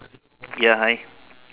ya hi